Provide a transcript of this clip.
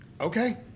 Okay